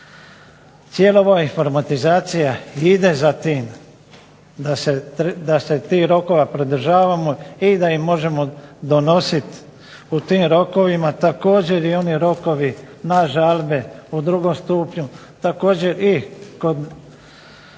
Cijela ova informatizacija ide za tim da se tih rokova pridržavamo i da ih možemo donosit u tim rokovima, također i oni rokovi na žalbe u drugom stupnju, također i kod